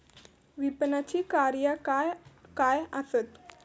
विपणनाची कार्या काय काय आसत?